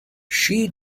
she